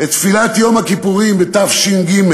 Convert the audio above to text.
את תפילת יום הכיפורים בתש"ג,